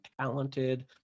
talented